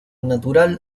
natural